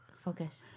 Focus